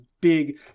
big